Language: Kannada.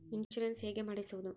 ಇನ್ಶೂರೆನ್ಸ್ ಹೇಗೆ ಮಾಡಿಸುವುದು?